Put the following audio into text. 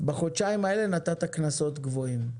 בחודשיים האלה נתת קנסות גבוהים,